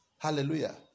Hallelujah